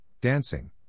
dancing